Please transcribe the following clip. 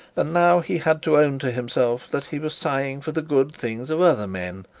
and now he had to own to himself that he was sighing for the good things of other men,